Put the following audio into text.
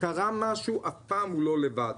קרה משהו, הוא אף פעם לא לבד.